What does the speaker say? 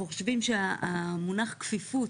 אנחנו חושבים שהמונח כפיפות